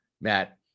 Matt –